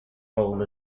role